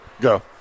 Go